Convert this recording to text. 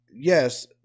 Yes